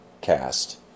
cast